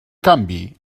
canvi